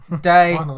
Day